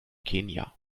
kenia